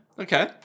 Okay